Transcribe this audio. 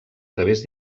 través